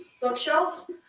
bookshelves